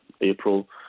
April